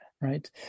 right